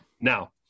Now